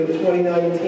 2019